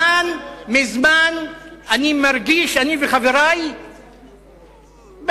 אני וחברי מרגישים מזמן,